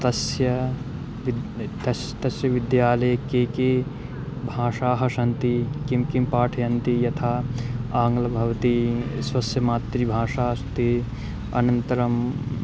तस्य वा तस्य तस्य विद्यालये काः काः भाषाः सन्ति किं किं पाठयन्ति यथा आङ्ग्लः भवति स्वस्य मातृभाषा अस्ति अनन्तरम्